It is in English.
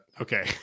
Okay